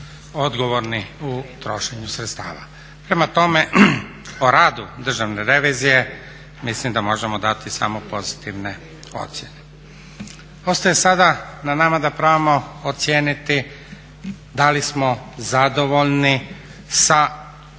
odgovorni u trošenju sredstava. Prema tome, o radu Državne revizije mislim da možemo dati samo pozitivne ocjene. Ostaje sada na nama da probamo ocijeniti da li smo zadovoljni sa subjektima